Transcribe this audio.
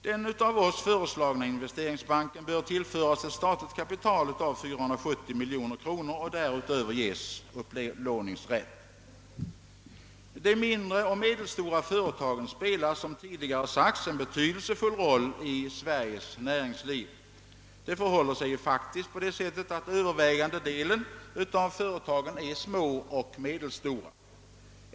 Den av oss föreslagna investeringsbanken bör tillföras ett statligt kapital av 470 miljoner kronor och därutöver ges upplåningsrätt. De mindre och medelstora företagen spelar, som tidigare sagts, en betydelsefull roll i Sveriges näringsliv. Det förhåller sig faktiskt så att den övervä gande delen av företagen är små och medelstora.